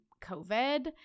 COVID